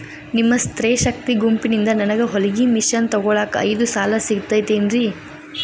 ನಿಮ್ಮ ಸ್ತ್ರೇ ಶಕ್ತಿ ಗುಂಪಿನಿಂದ ನನಗ ಹೊಲಗಿ ಮಷೇನ್ ತೊಗೋಳಾಕ್ ಐದು ಸಾಲ ಸಿಗತೈತೇನ್ರಿ?